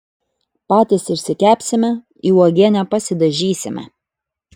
patys išsikepsime į uogienę pasidažysime